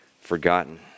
forgotten